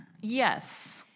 Yes